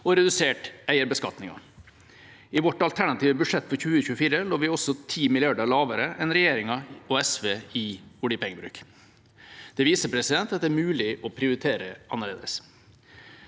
og redusert eierbeskatningen. I vårt alternative budsjett for 2024 lå vi også 10 mrd. kr lavere enn regjeringen og SV i oljepengebruk. Det viser at det er mulig å prioritere annerledes.